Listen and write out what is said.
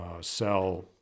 sell